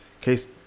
case